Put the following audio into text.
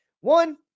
One